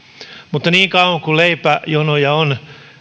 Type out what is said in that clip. mutta niin kauan kuin leipäjonoja on